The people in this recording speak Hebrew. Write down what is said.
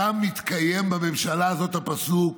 שם מתקיים בממשלה הזאת הפסוק: